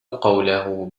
قوله